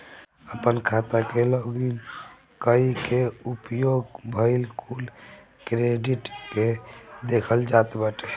आपन खाता के लॉग इन कई के उपयोग भईल कुल क्रेडिट के देखल जात बाटे